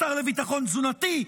השר לביטחון תזונתי,